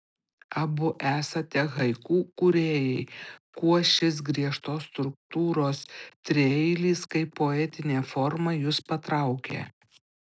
abu esate haiku kūrėjai kuo šis griežtos struktūros trieilis kaip poetinė forma jus patraukė